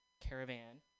caravan